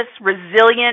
resilient